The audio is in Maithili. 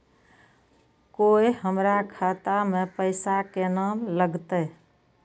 कोय हमरा खाता में पैसा केना लगते?